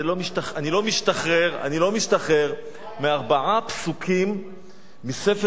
אני לא משתחרר מארבעה פסוקים מספר